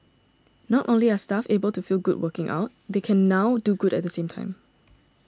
not only are staff able to feel good working out they can now do good at the same time